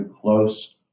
close